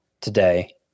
today